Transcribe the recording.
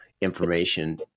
information